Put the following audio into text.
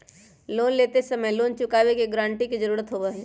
loan लेते समय loan चुकावे के गारंटी के जरुरत होबा हई